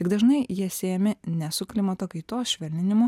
tik dažnai jie siejami ne su klimato kaitos švelninimu